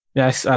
yes